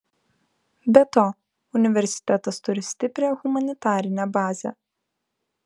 be to universitetas turi stiprią humanitarinę bazę